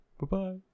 Bye-bye